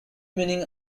meaning